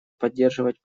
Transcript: поддерживать